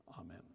Amen